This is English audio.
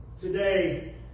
today